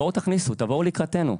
בואו תכניסו, תבואו לקראתנו.